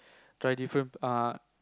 try different uh